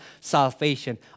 salvation